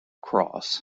cross